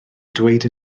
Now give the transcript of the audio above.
dweud